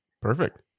Perfect